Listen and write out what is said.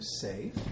safe